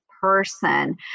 person